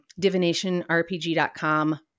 divinationrpg.com